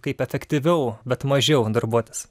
kaip efektyviau bet mažiau darbuotis